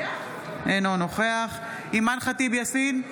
אינו נוכח אימאן ח'טיב יאסין,